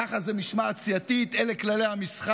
ככה זה משמעת סיעתית, אלה כללי המשחק.